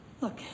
Look